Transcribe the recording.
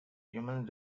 humans